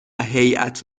هیات